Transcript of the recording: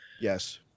yes